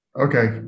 Okay